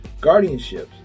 Guardianships